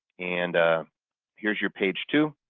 and here's your page two,